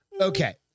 Okay